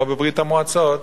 כמו בברית-המועצות,